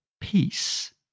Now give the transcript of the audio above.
peace